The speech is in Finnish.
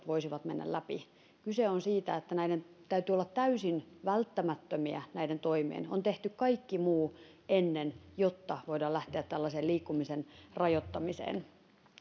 voisivat mennä läpi kyse on siitä että näiden toimien täytyy olla täysin välttämättömiä on tehty kaikki muu ennen jotta voidaan lähteä tällaiseen liikkumisen rajoittamiseen